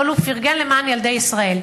אבל הוא פרגן, למען ילדי ישראל.